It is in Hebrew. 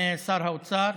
האוצר,